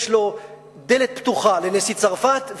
יש לו דלת פתוחה לנשיא צרפת,